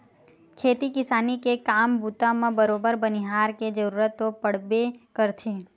खेती किसानी के काम बूता म बरोबर बनिहार के जरुरत तो पड़बे करथे